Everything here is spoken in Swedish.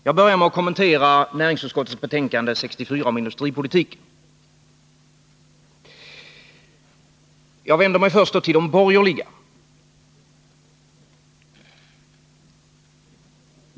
Jag börjar med att kommentera näringsutskottets betänkande 64 om industripolitiken. Jag vänder mig då först till de borgerliga.